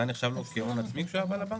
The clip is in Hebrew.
זה היה נחשב לו כהון עצמי כשהוא היה בא לבנק?